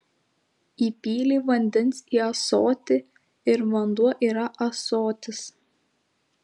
įpylei vandens į ąsotį ir vanduo yra ąsotis